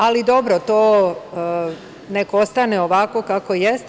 Ali, dobro, to neka ostane ovako kako jeste.